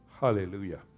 Hallelujah